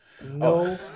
no